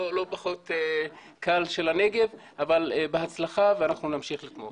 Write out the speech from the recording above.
פחות קל של הנגב אבל בהצלחה ואנחנו נמשיך לתמוך.